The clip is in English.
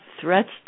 threats